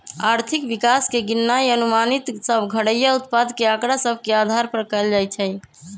आर्थिक विकास के गिननाइ अनुमानित सभ घरइया उत्पाद के आकड़ा सभ के अधार पर कएल जाइ छइ